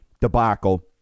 debacle